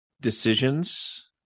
decisions